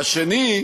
השני,